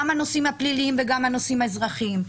גם הנושאים הפליליים וגם הנושאים האזרחיים.